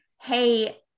Hey